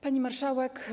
Pani Marszałek!